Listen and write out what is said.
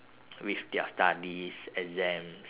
with their studies exams